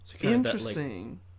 Interesting